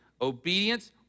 obedience